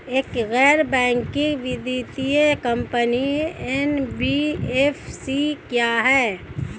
एक गैर बैंकिंग वित्तीय कंपनी एन.बी.एफ.सी क्या है?